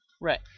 Right